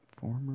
Former